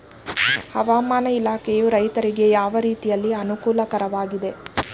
ಹವಾಮಾನ ಇಲಾಖೆಯು ರೈತರಿಗೆ ಯಾವ ರೀತಿಯಲ್ಲಿ ಅನುಕೂಲಕರವಾಗಿದೆ?